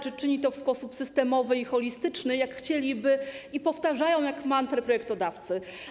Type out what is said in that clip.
Czy czyni to w sposób systemowy i holistyczny, tak jak chcieliby i powtarzają to jak mantrę projektodawcy?